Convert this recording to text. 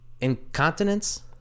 Incontinence